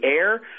air